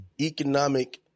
economic